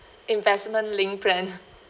investment linked plan